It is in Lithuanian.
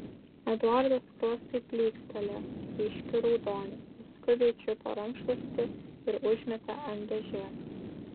eduardo skruostai plykstelėjo ryškiu raudoniu jis skubiai čiupo rankšluostį ir užmetė ant dėžės